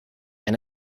and